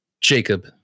Jacob